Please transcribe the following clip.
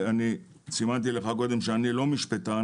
אני לא משפטן,